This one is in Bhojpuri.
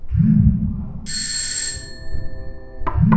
भारत में बागवानी विभाग भी हवे